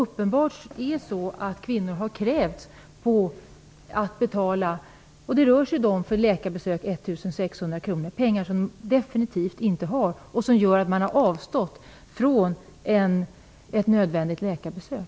Kvinnor har uppenbarligen krävts på 1 600 kronor för ett läkarbesök, pengar som de definitivt inte har och en kostnad som gör att de har avstått från ett nödvändigt läkarbesök.